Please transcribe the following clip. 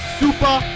super